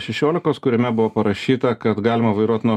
šešiolikos kuriame buvo parašyta kad galima vairuot nuo